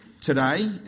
today